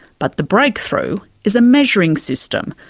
but the breakthrough is a measuring system,